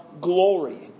glory